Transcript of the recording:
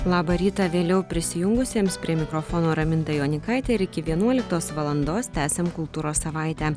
labą rytą vėliau prisijungusiems prie mikrofono raminta jonykaitė ir iki vienuoliktos valandos tęsiam kultūros savaitę